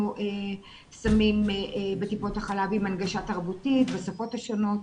שמים בטיפות החלב עם הנגשה תרבותית בשפות השונות.